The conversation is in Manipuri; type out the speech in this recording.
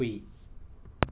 ꯍꯨꯏ